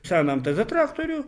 seną mtz traktorių